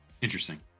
interesting